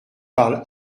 parle